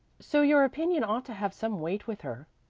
so your opinion ought to have some weight with her.